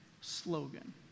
slogan